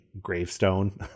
gravestone